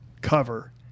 cover